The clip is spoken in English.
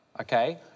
okay